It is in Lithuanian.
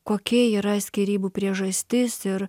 kokia yra skyrybų priežastis ir